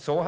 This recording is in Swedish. Så